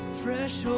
fresh